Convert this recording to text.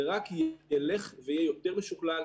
זה רק ילך ויהיה יותר משוכלל,